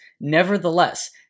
Nevertheless